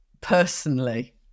personally